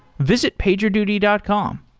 visit pagerduty dot com.